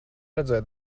redzēt